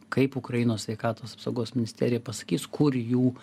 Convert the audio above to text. kaip ukrainos sveikatos apsaugos ministerija pasakys kur jų